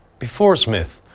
before smith,